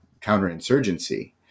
counterinsurgency